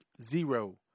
zero